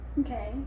Okay